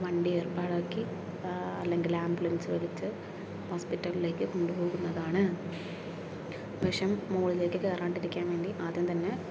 വണ്ടി ഏർപ്പാടാക്കി അല്ലെങ്കിൽ ആംബുലൻസ് വിളിച്ച് ഹോസ്പിറ്റലിലേക്ക് കൊണ്ടു പോകുന്നതാണ് വിഷം മുകളിലേക്ക് കയറാണ്ടിരിക്കാൻ വേണ്ടി ആദ്യം തന്നെ